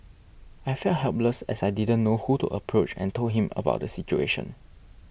I felt helpless as I didn't know who to approach and told him about the situation